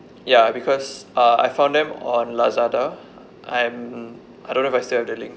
ya because uh I found them on lazada I'm I don't know if I still have the link